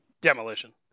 Demolition